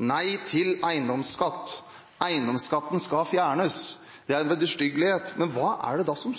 Nei til eiendomsskatt, eiendomsskatten skal fjernes, den er en vederstyggelighet. Men hva er det som